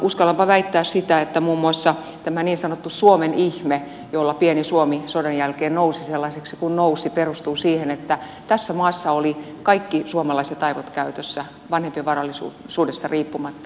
uskallanpa väittää että muun muassa tämä niin sanottu suomen ihme jolla pieni suomi sodan jälkeen nousi sellaiseksi kuin nousi perustuu siihen että tässä maassa olivat kaikki suomalaiset aivot käytössä vanhem pien varallisuudesta riippumatta